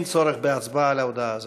אין צורך בהצבעה על ההודעה הזאת.